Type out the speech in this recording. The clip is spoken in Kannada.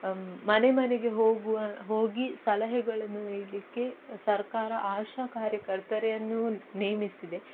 ಮನೆಮನೆಗೆ ಹೋಗುವ ಹೋಗಿ ಸಲಹೆಗಳನ್ನು ನೀಡಲಿಕ್ಕೆ ಸರ್ಕಾರ ಆಶಾ ಕಾರ್ಯಕರ್ತೆಯರನ್ನು ನೇಮಿಸಿದೆ